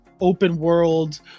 open-world